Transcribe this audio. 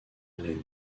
allen